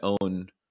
own